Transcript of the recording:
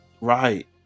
right